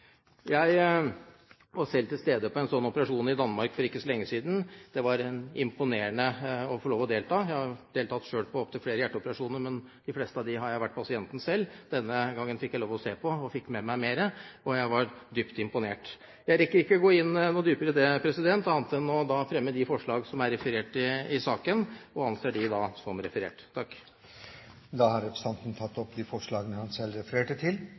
Jeg var selv til stede på en slik operasjon i Danmark for ikke så lenge siden. Det var imponerende å se. Jeg har selv deltatt på opptil flere hjerteoperasjoner, men på de fleste av dem har jeg vært pasienten selv. Denne gangen fikk jeg lov til å se på og fikk med meg mer, og jeg var som sagt dypt imponert. Jeg rekker ikke å gå noe dypere inn i dette, annet enn å fremme de forslag som er referert i saken, og anser dem som fremmet. Representanten Per Arne Olsen har tatt opp de forslagene han refererte til.